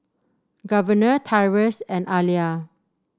Governor Tyrus and Alia